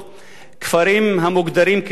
כפרים המוגדרים כלא-מוכרים.